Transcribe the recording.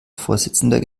vorsitzender